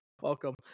welcome